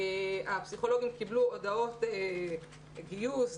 הפסיכולוגים קיבלו הודעות גיוס,